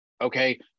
okay